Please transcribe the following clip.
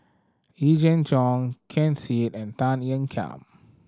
Yee Jenn Jong Ken Seet and Tan Ean Kiam